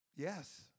Yes